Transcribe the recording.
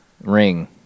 Ring